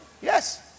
yes